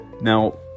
Now